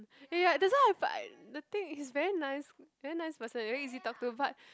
eh ya that's why I find the thing he's very nice very nice person very easy talk to but